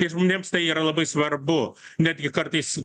ir žmonėms tai yra labai svarbu netgi kartais